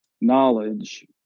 knowledge